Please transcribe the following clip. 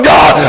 God